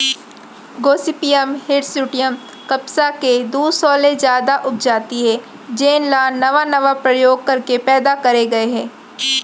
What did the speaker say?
Gossypium hirsutum कपसा के दू सौ ले जादा उपजाति हे जेन ल नावा नावा परयोग करके पैदा करे गए हे